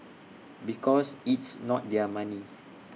because it's not their money